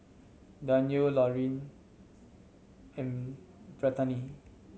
Danyell Laureen and Brittani